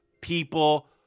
people